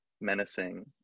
menacing